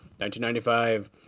1995